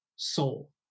soul